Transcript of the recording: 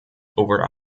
over